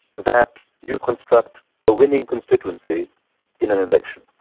that you construct a winning constituency in an election.